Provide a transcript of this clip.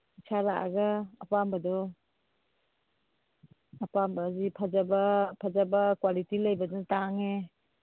ꯏꯁꯥ ꯂꯥꯛꯑꯒ ꯑꯄꯥꯝꯕꯗꯣ ꯑꯄꯥꯝꯕꯗꯤ ꯐꯖꯕ ꯐꯖꯕ ꯀ꯭ꯋꯥꯂꯤꯇꯤ ꯂꯩꯕꯗꯨꯅ ꯇꯥꯡꯉꯦ